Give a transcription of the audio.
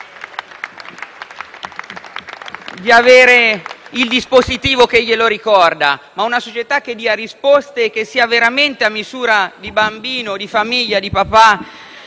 di avere il dispositivo che glielo ricorda, ma di vivere in una società che dia risposte e sia veramente a misura di bambino, di famiglia, di papà